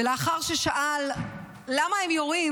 ולאחר ששאל למה הם יורים,